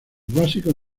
básicos